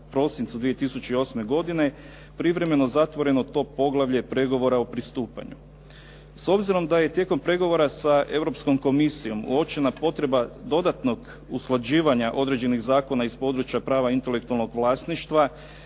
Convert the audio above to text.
prosincu 2008. godine privremeno zatvoreno to poglavlje pregovora o pristupanju. S obzirom da je i tijekom pregovora sa Europskom komisijom uočena potreba dodatnog usklađivanja određenih zakona iz područja prava intelektualnog vlasništva